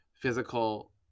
physical